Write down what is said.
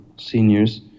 seniors